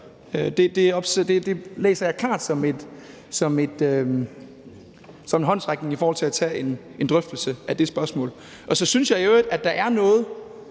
Det læser jeg klart som en håndsrækning i forhold til at tage en drøftelse af det spørgsmål. Og så synes jeg i øvrigt, at der er noget